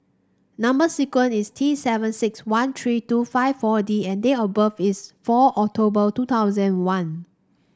number sequence is T seven six one three two five four D and date of birth is four October two thousand and one